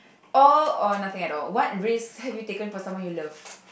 all or nothing at all what race have you taken for someone you loved